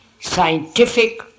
scientific